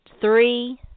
three